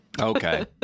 okay